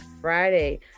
Friday